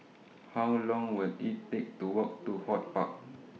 How Long Will IT Take to Walk to HortPark